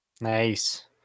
Nice